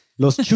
Los